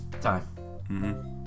time